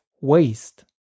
waste